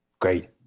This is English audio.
Great